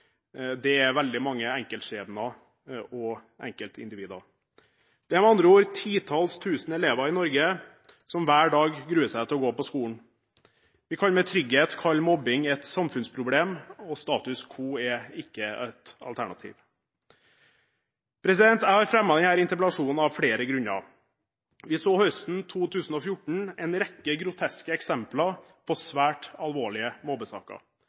i Norge som hver dag gruer seg til å gå på skolen. Vi kan trygt kalle mobbing et samfunnsproblem, og status quo er ikke et alternativ. Jeg har fremmet denne interpellasjonen av flere grunner. Vi så høsten 2014 en rekke groteske eksempler på svært alvorlige